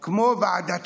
כמו ועדות קבלה?